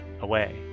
away